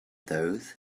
those